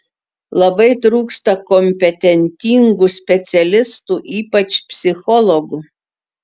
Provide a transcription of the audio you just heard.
labai trūksta kompetentingų specialistų ypač psichologų